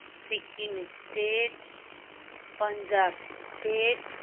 Sikkim state Punjab state